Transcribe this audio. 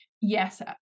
yes